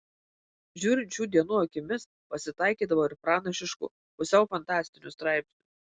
žiūrint šių dienų akimis pasitaikydavo ir pranašiškų pusiau fantastinių straipsnių